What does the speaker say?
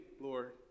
Lord